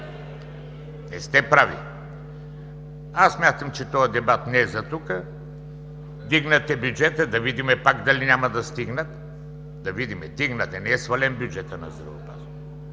Не сте прави! Аз смятам, че този дебат не е за тук. Вдигнат е бюджетът, да видим дали пак няма да стигнат. Да видим! Вдигнат е, не е свален бюджетът на здравеопазването,